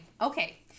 Okay